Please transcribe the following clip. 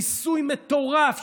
מיסוי מטורף,